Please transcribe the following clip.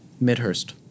Midhurst